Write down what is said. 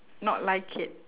not like it